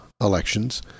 elections